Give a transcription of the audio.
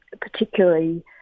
particularly